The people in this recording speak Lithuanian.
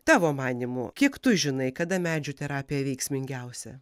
tavo manymu kiek tu žinai kada medžių terapija veiksmingiausia